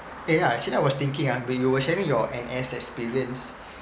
eh yeah actually I was thinking ah when you were sharing your N_S experience